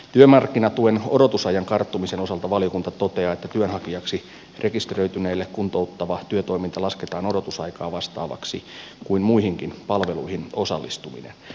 työmarkkinatuen odotusajan karttumisen osalta valiokunta toteaa että työnhakijaksi rekisteröityneelle kuntouttava työtoiminta lasketaan odotusaikaan vastaavasti kuin muihinkin palveluihin osallistuminen